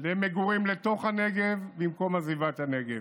למגורים לתוך הנגב במקום עזיבת הנגב.